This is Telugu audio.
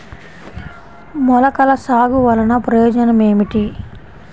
మొలకల సాగు వలన ప్రయోజనం ఏమిటీ?